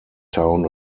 town